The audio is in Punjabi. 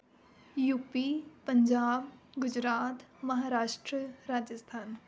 ਯੂਪੀ ਪੰਜਾਬ ਗੁਜਰਾਤ ਮਹਾਂਰਾਸ਼ਟਰ ਰਾਜਸਥਾਨ